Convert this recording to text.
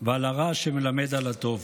ועל הרע שמלמד על הטוב.